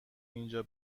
اینجا